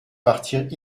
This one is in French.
partir